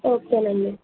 ఓకేనండి